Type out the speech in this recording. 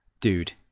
dude